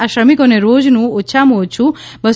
આ શ્રમિકોને રોજનું ઓછામાં ઓછું રૂ